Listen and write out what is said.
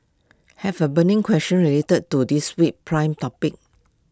have A burning question related to this week's primer topic